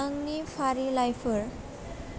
आंनि फारिलाइफोर